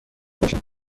باشم